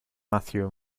matthew